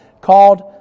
called